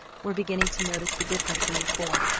were beginning to notice the difference in the four,